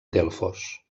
delfos